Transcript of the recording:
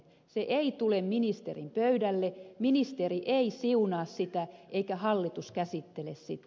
se ei tule ministerin pöydälle ministeri ei siunaa sitä eikä hallitus käsittele sitä